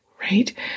right